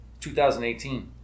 2018